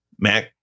Mac